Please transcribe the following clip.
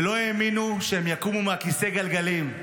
ולא האמינו שהם יקומו מכיסא הגלגלים.